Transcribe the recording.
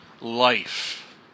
life